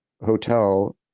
hotel